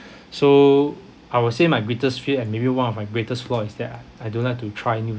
so I will say my greatest fear and maybe one of my greatest flaw is that I I don't like to try new